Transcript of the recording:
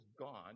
gone